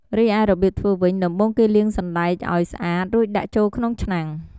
រីឯរបៀបធ្វើវិញ ដំបូងគេលាងសណ្តែកឱ្យស្អាត រួចដាក់ចូលក្នុងឆ្នាំង។